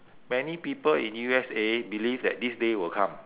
many people in U_S_A believe that this day will come